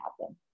happen